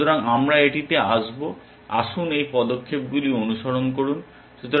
সুতরাং আমরা এটিতে আসব আসুন এই পদক্ষেপগুলি অনুসরণ করুন